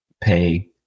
pay